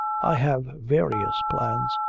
i have various plans.